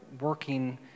working